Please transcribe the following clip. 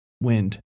wind